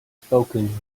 spoken